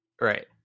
Right